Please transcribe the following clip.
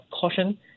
caution